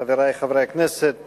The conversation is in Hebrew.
תודה רבה, חברי חברי הכנסת,